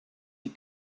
die